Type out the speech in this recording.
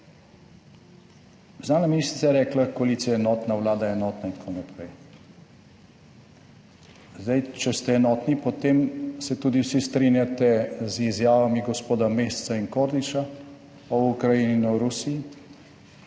Zdaj, če ste enotni, potem se tudi vsi strinjate z izjavami gospoda Mesca in Kordiša o Ukrajini in o Rusiji,